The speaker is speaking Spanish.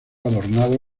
adornado